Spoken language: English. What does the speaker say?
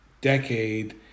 decade